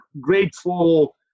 grateful